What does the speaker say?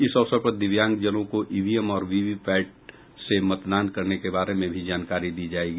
इस अवसर पर दिव्यांग जनों को ईवीएम और वीवीपैट से मतदान करने के बारे में भी जानकारी दी जायेगी